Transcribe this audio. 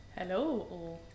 Hello